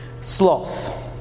Sloth